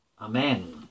amen